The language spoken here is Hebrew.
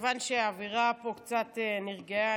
כיוון שהאווירה פה קצת נרגעה,